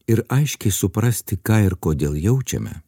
ir aiškiai suprasti ką ir kodėl jaučiame